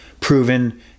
proven